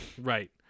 Right